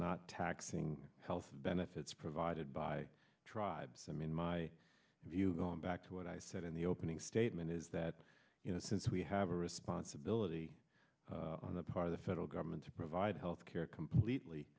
not taxing health benefits provided by tribes i mean my view going back to what i said in the opening statement is that you know since we have a responsibility on the part of the federal government to provide health care completely